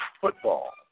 football